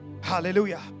Hallelujah